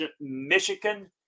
Michigan